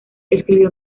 escribió